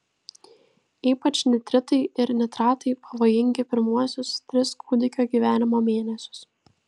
ypač nitritai ir nitratai pavojingi pirmuosius tris kūdikio gyvenimo mėnesius